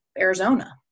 Arizona